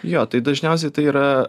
jo tai dažniausiai tai yra